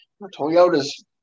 Toyota's